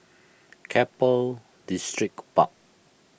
Keppel Distripark